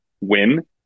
win